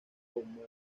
como